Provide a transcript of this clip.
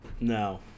No